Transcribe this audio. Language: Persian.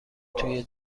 توی